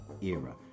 era